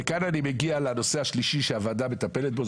וכאן אני מגיע לנושא השלישי שהוועדה מטפלת בו,